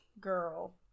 girl